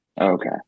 Okay